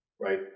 right